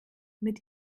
mit